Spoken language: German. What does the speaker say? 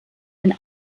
den